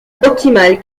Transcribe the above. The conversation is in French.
optimal